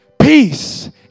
Peace